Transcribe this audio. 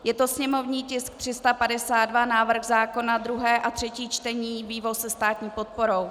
Je to sněmovní tisk 352, návrh zákona, druhé a třetí čtení, vývoz se státní podporou.